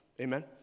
Amen